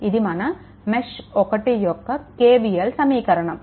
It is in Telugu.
ఇది మన మెష్1 యొక్క KVL సమీకరణం